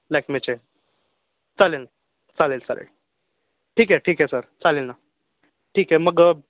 लॅक्मेचे चालेल चालेल चालेल ठीक आहे ठीक आहे सर चालेल ना ठीक आहे मग